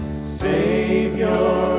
Savior